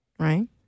Right